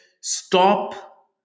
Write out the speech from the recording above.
stop